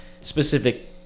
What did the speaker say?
specific